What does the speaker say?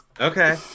Okay